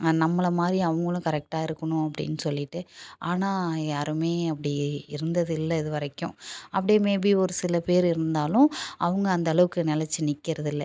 நம்மளை மாதிரி அவங்களும் கரெக்டாக இருக்கணும் அப்படின்னு சொல்லிவிட்டு ஆனால் யாரும் அப்படி இருந்தது இல்லை இது வரைக்கும் அப்டேயே மே பி ஒரு சில பேர் இருந்தாலும் அவங்க அந்தளவுக்கு நெலச்சு நிற்கறதில்ல